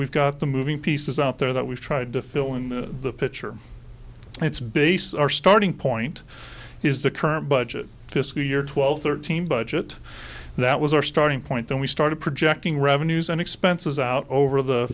we've got the moving pieces out there that we've tried to fill in the picture and it's base our starting point is the current budget fiscal year twelve thirteen budget that was our starting point then we started projecting revenues and expenses out over the